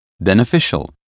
beneficial